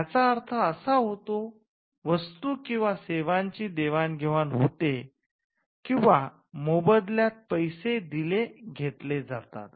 याचा अर्थ असा होतो वस्तू किंवा सेवांची देवाणघेवाण होते किंवा मोबदल्यात पैसे दिले घेतले जातात